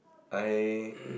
I